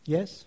Yes